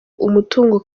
umutungo